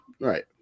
Right